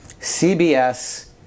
CBS